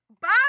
Bob